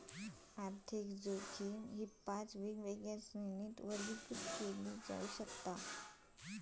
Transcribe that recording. आर्थिक जोखीम पाच वेगवेगळ्या श्रेणींत वर्गीकृत केली जाऊ शकता